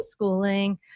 homeschooling